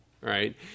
right